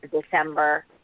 December